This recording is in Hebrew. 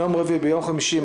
יום רביעי וביום חמישי,